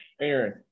Aaron